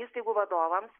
įstaigų vadovams